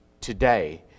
today